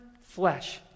flesh